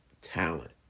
talent